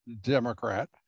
Democrat